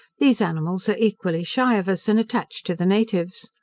these animals are equally shy of us, and attached to the natives.